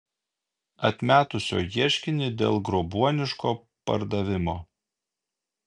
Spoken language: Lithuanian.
atmetusio ieškinį dėl grobuoniško pardavimo